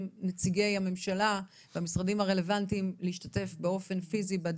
נציגי הממשלה והמשרדים הרלוונטיים לדיון,